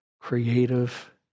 creative